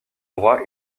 droit